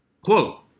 Quote